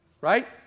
Right